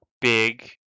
big